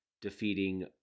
defeating